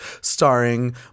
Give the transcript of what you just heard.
starring